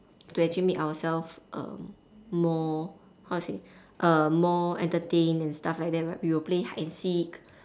to actually make ourselves err more how to say err more entertained and stuff like that right we will play hide and seek